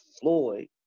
Floyd